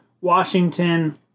Washington